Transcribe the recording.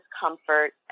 discomfort